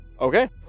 Okay